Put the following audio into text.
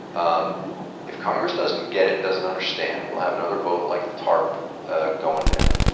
um if congress doesn't get it and doesn't understand we'll have another vote like the tarp ah going down.